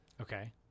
Okay